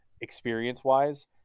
experience-wise